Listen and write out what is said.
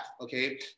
okay